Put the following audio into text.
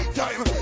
time